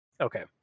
Okay